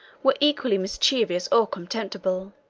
were equally mischievous or contemptible.